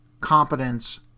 competence